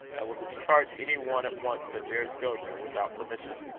i will discharge any one at once, that dares go there without permission.